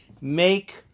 Make